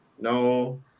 no